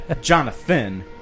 Jonathan